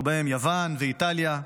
ובהן יוון ואיטליה,